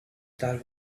that